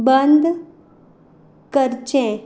बंद करचें